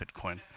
Bitcoin